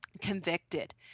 convicted